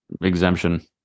exemption